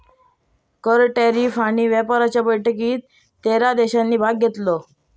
कर, टॅरीफ आणि व्यापाराच्या बैठकीत तेरा देशांनी भाग घेतलो